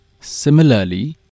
Similarly